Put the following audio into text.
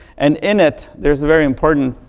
and in it, there's a very important